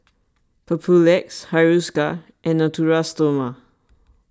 Papulex Hiruscar and Natura Stoma